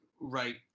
right